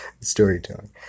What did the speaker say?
storytelling